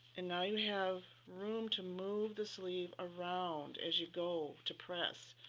and now you have room to move the sleeve around as you go to press,